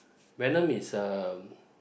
venom is a